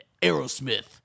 Aerosmith